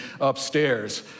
upstairs